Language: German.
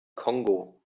kongo